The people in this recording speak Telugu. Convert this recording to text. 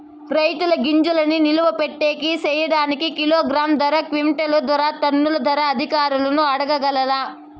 రైతుల గింజల్ని నిలువ పెట్టేకి సేయడానికి కిలోగ్రామ్ ధర, క్వింటాలు ధర, టన్నుల ధరలు అధికారులను అడగాలా?